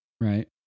right